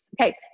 Okay